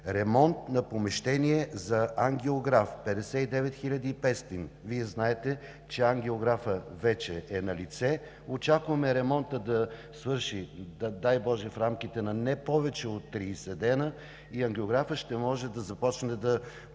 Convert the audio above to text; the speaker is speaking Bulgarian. ремонт на помещение за ангиограф – 59 хил. 500 лв. Вие знаете, че ангиографът вече е налице, очакваме ремонтът да свърши, дай боже, в рамките на не повече от 30 дни и ангиографът ще може да започне да работи